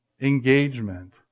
engagement